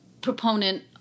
proponent